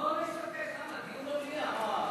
נסתפק בדיון במליאה.